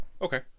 okay